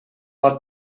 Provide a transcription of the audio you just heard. are